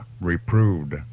reproved